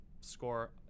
score